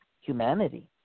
humanity